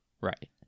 Right